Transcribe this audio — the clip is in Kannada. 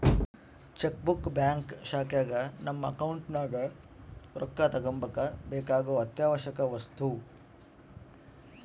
ಚೆಕ್ ಬುಕ್ ಬ್ಯಾಂಕ್ ಶಾಖೆಗ ನಮ್ಮ ಅಕೌಂಟ್ ನಗ ರೊಕ್ಕ ತಗಂಬಕ ಬೇಕಾಗೊ ಅತ್ಯಾವಶ್ಯವಕ ವಸ್ತು